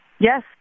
Yes